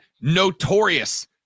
notorious